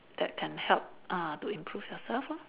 that can help ah to improve yourself lor